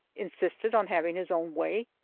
insisted on having his own way,